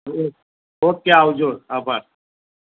okay આવજો આભાર